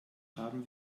haben